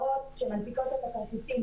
בנושא הסיכון.